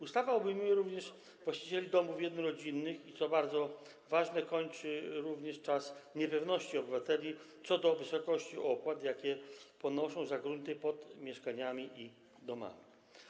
Ustawa obejmuje również właścicieli domów jednorodzinnych i - co bardzo ważne - kończy również czas niepewności obywateli co do wysokości opłat, jakie ponoszą za grunty pod mieszkaniami i domami.